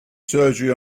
surgery